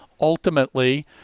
ultimately